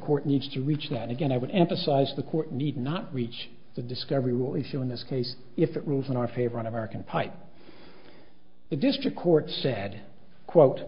court needs to reach that again i would emphasize the court need not reach the discovery will issue in this case if it rules in our favor on american pie the district court said quote